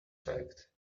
fact